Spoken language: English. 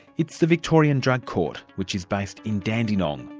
it's the victorian drug court, which is based in dandenong,